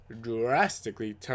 drastically